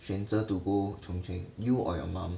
选择 to go chung cheng you or your mom